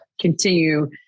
continue